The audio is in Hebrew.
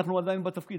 אנחנו עדיין בתפקיד,